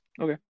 Okay